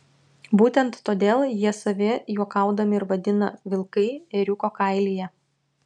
būtent todėl jie save juokaudami ir vadina vilkai ėriuko kailyje